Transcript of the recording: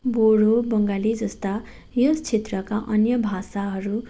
बोडो बङ्गाली जस्ता यस क्षेत्रका अन्य भाषाहरू